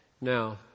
Now